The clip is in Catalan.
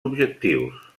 objectius